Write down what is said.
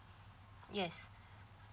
yes